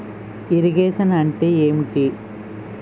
Irrigation అంటే ఏంటీ?